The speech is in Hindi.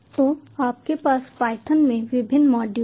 तो आपके पास पायथन में विभिन्न मॉड्यूल हैं